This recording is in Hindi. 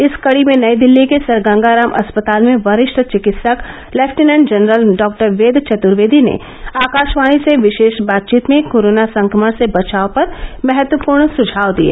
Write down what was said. इस कड़ी में नई दिल्ली के सर गंगाराम अस्पताल में वरिष्ठ चिकित्सक lieutenant general doctor Ved Chaturvedi ने आकाशवाणी से विशेष बातचीत में कोरोना संक्रमण से बचाव पर महत्वपूर्ण सुझाव दिए